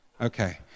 Okay